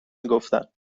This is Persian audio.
میگفتن